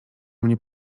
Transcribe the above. mnie